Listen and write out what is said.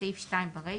בסעיף 2, ברישה,